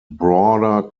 broader